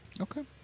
Okay